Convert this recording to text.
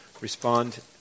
respond